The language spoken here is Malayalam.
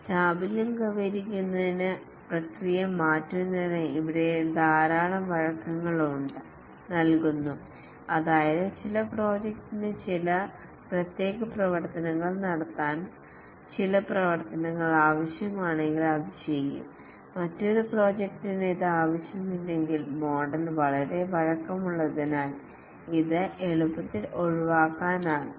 ചാപല്യം കൈവരിക്കുന്നതിനാൽ പ്രക്രിയ മാറ്റുന്നതിന് ഇവിടെ ധാരാളം വഴക്കങ്ങൾ നൽകുന്നു അതായത് ചില പ്രോജക്റ്റിന് ചില പ്രത്യേക പ്രവർത്തനങ്ങൾ നടത്താൻ ചില പ്രവർത്തനങ്ങൾ ആവശ്യമാണെങ്കിൽ അത് ചെയ്യും മറ്റൊരു പ്രോജക്റ്റിന് ഇത് ആവശ്യമില്ലെങ്കിൽ മോഡൽ വളരെ വഴക്കമുള്ളതിനാൽ ഇത് എളുപ്പത്തിൽ ഒഴിവാക്കാനാകും